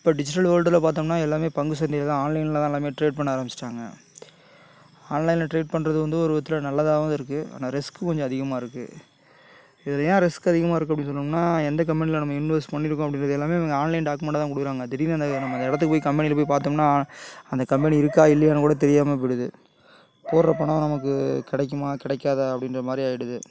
இப்போ டிஜிட்டல் வேர்ல்டுல பார்த்தோம்னா எல்லாமே பங்கு சந்தையில் தான் ஆன்லைனில் தான் எல்லாமே ட்ரேட் பண்ண ஆரம்பிச்சிவிட்டாங்க ஆன்லைனில் ட்ரேட் பண்ணுறது வந்து ஒரு விதத்தில் நல்லதாகவும் இருக்கு ஆனால் ரிஸ்க்கு கொஞ்சம் அதிகமாக இருக்கு இதில் ஏன் ரிஸ்க் அதிகமாக இருக்கு அப்படின்னு சொன்னோம்னா எந்த கம்பெனியில் நம்ம இன்வெஸ்ட் பண்ணிருக்கோம் அப்படின்றது எல்லாமே இவங்க ஆன்லைன் டாக்குமெண்ட்டாக தான் கொடுக்குறாங்க திடீர்னு அந்த நம்ம அந்த இடத்துக்குப் போய் கம்பெனியில் போய் பார்த்தோம்னா அந்த கம்பெனி இருக்கா இல்லையான்னு கூட தெரியாமல் போய்டுது போடுகிற பணம் நமக்கு கிடைக்குமா கிடைக்காதா அப்படின்ற மாதிரி ஆயிடுது